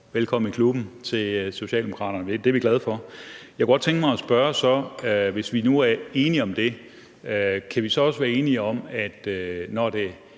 velkommen i klubben til Socialdemokraterne. Det er vi glade for. Jeg kunne godt tænke mig at spørge, om vi, hvis vi nu er enige om det, så også kan være enige om – altså når det er